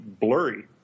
blurry